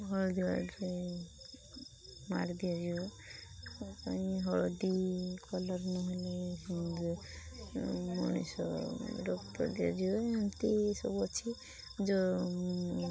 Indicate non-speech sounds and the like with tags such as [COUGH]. ହଳଦୀ [UNINTELLIGIBLE] ମାରି ଦିଆଯିବ କ'ଣ ପାଇଁ ହଳଦୀ କଲର୍ ନହେଲେ ସିନ୍ଦୁର ମଣିଷ ରକ୍ତ ଦିଆଯିବ ଏମିତି ସବୁ ଅଛି ଯେଉଁ